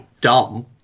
dumb